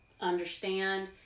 understand